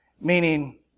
Meaning